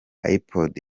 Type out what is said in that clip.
ipod